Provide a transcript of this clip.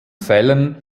fällen